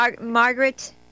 Margaret